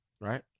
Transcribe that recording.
right